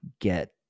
get